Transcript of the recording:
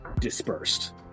dispersed